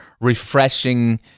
refreshing